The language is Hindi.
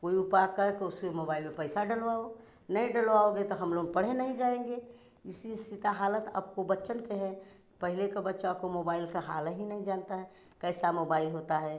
कोई उपा करके उसके मोबाइल में पैसा डलवाओ नहीं डलवाओगे तो हम लोग पढ़े नहीं जाएँगे इसी ऐसी तो हालत अब को बच्चन के है पहले का बच्चा को मोबाइल का हाल ही नहीं जानता है कैसा मोबाइल होता है